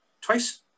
twice